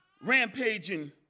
rampaging